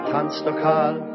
Tanzlokal